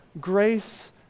grace